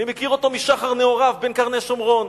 אני מכיר אותו משחר נעוריו בקרני-שומרון.